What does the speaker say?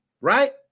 right